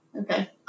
Okay